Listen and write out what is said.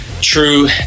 true